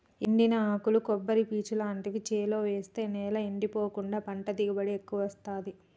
ఎండిన ఆకులు కొబ్బరి పీచు లాంటివి చేలో వేస్తె నేల ఎండిపోకుండా పంట దిగుబడి ఎక్కువొత్తదీ